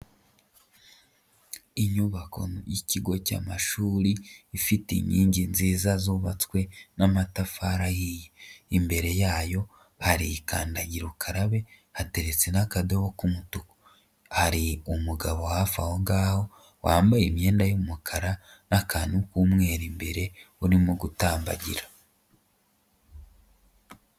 Inyubako y'ikigo cy'amashuri ifite inkingi nziza zubatswe n'amatafari ahiye, imbere yayo hari kandagira ukarabe hateretse n'akadobo k'umutuku, hari umugabo hafi aho ngaho wambaye imyenda y'umukara n'akantu k'umweru imbere urimo gutambagira.